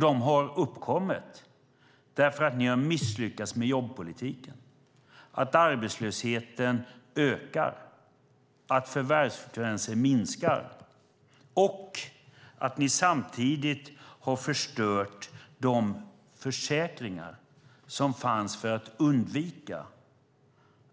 De har uppkommit därför att ni har misslyckats med jobbpolitiken, därför att arbetslösheten ökar, därför att förvärvsfrekvensen minskar och därför att ni samtidigt har förstört de försäkringar som fanns för att undvika